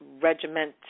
regiment